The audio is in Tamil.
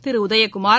திரு உதயகுமார்